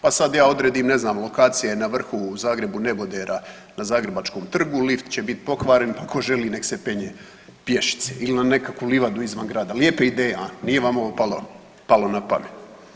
Pa sad ja odredim ne znam, lokacije na vrhu u Zagrebu nebodera na zagrebačkom trgu, lift će bit pokvaren, a ko želi, nek se penje pješice ili na nekakvu livadu izvan grada, lijepa ideja, a, nije vam ovo palo na pamet?